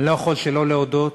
אני לא יכול שלא להודות,